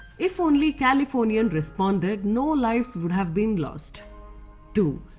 if only californian responded, no lives would have been lost two.